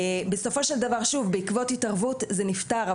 בסופו של דבר בעקבות התערבות זה נפתר,